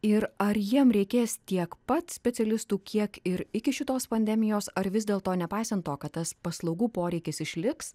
ir ar jiem reikės tiek pats specialistų kiek ir iki šitos pandemijos ar vis dėlto nepaisant to kad tas paslaugų poreikis išliks